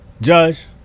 judge